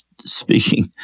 speaking